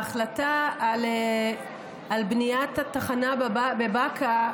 ההחלטה על בניית התחנה בבאקה,